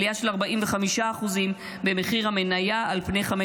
עלייה של 45% במחיר המניה על פני חמש